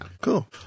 Cool